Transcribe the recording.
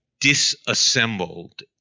disassembled